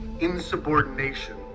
insubordination